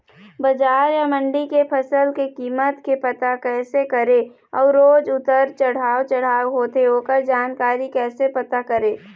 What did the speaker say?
बजार या मंडी के फसल के कीमत के पता कैसे करें अऊ रोज उतर चढ़व चढ़व होथे ओकर जानकारी कैसे पता करें?